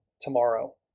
tomorrow